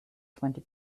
twenty